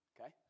Okay